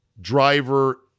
driver